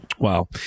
Wow